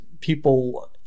people –